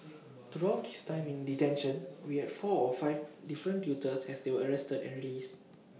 throughout his time in detention we had four or five different tutors as they were arrested and released